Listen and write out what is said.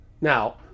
now